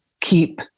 keep